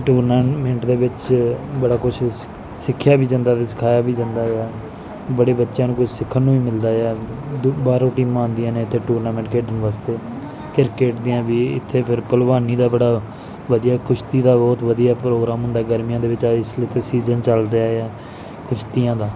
tournament ਦੇ ਵਿੱਚ ਬੜਾ ਕੁਝ ਸਿੱਖਿਆ ਵੀ ਜਾਂਦਾ ਅਤੇ ਸਿਖਾਇਆ ਵੀ ਜਾਂਦਾ ਆ ਬੜੇ ਬੱਚਿਆਂ ਨੂੰ ਕੁਝ ਸਿੱਖਣ ਨੂੰ ਮਿਲਦਾ ਆ ਦੂ ਬਾਹਰੋਂ ਟੀਮਾਂ ਆਉਂਦੀਆਂ ਨੇ ਇੱਥੇ ਟੂਰਨਾਮੈਂਟ ਖੇਡਣ ਵਾਸਤੇ ਕ੍ਰਿਕਟ ਦੀਆਂ ਵੀ ਇੱਥੇ ਫਿਰ ਭਲਵਾਨੀ ਦਾ ਬੜਾ ਵਧੀਆ ਕੁਸ਼ਤੀ ਦਾ ਬਹੁਤ ਵਧੀਆ ਪ੍ਰੋਗਰਾਮ ਹੁੰਦਾ ਗਰਮੀਆਂ ਦੇ ਵਿਚ ਆਹ ਇਸ ਲਈ ਤਾਂ ਸੀਜ਼ਨ ਚੱਲ ਰਿਹਾ ਆ ਕੁਸ਼ਤੀਆਂ ਦਾ